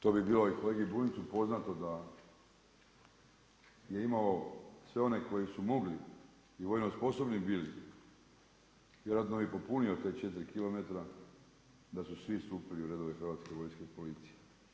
To bi bilo i kolegi Bunjcu poznato da je imao sve one koji su mogli i vojno sposobni bili, vjerojatno bi popunio tih 4 kilometra da su svi stupili u redove Hrvatske vojske i policije.